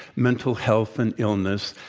mental health and illness,